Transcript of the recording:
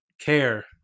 care